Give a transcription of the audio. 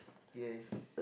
yes